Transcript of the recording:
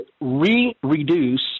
re-reduce